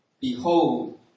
Behold